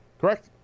Correct